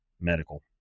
medical